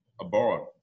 abroad